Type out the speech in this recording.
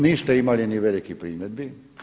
Niste imali ni velikih primjedbi.